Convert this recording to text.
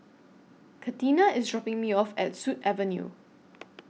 Katina IS dropping Me off At Sut Avenue